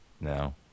No